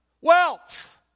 wealth